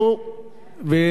ולענייננו.